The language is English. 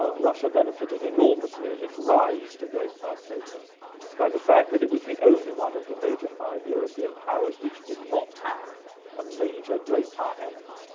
ah russia benefited enormously in its rise to great power status by the fact that it was the only one of the major five european powers which did not have a major great power enemy,